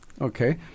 Okay